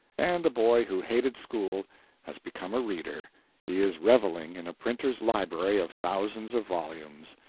and the boy who hated school has become a reader he is reveling in a printers' library of thousands of volumes.